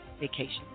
vacation